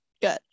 Good